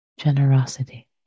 generosity